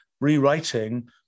rewriting